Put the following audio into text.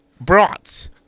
brats